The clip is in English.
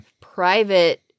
Private